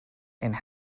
and